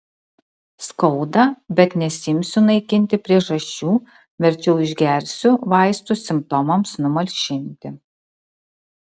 skauda bet nesiimsiu naikinti priežasčių verčiau išgersiu vaistų simptomams numalšinti